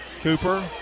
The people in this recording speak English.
Cooper